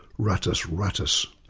rattus rattus.